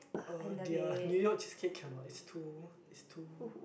uh their New-York cheesecake cannot it's too it's too